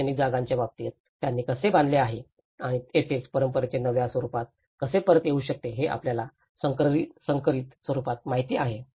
सार्वजनिक जागांच्या बाबतीत त्यांनी कसे बांधले आहे आणि येथेच परंपरेने नव्या रूपात कसे परत येऊ शकते हे आपल्याला संकरित स्वरूपात माहित आहे